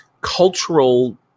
cultural